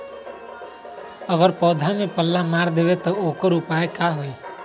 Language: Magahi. अगर पौधा में पल्ला मार देबे त औकर उपाय का होई?